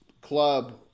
club